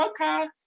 podcast